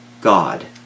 God